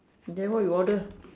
then what you order